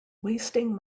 wasting